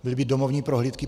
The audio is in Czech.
Byly by domovní prohlídky?